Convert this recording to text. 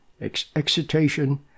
excitation